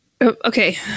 okay